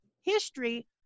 history